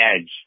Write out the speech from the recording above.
edge